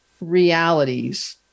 realities